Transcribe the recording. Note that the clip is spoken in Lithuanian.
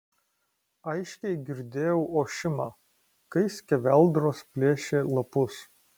aiškiai girdėjau ošimą kai skeveldros plėšė lapus